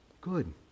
Good